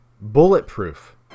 Bulletproof